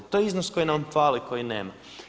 To je iznos koji nam fali, koji nema.